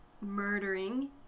murdering